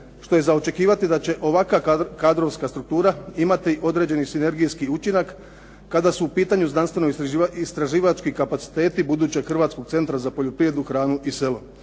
što je za očekivati da će ovakva kadrovska struktura imati određeni sinergijski učinak kada su u pitanju znanstveno istraživački kapaciteti budućeg Hrvatskog centra za poljoprivredu, hranu i selo